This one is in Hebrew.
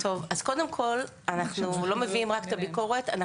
אנחנו לא מביאים רק את הביקורת.